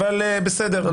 אבל בסדר,